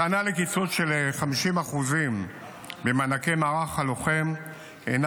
בתאריך 12 בדצמבר 2024 הפיץ אגף כוח האדם